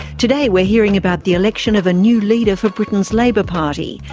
today we're hearing about the election of a new leader for britain's labour party,